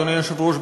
אדוני היושב-ראש,